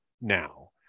now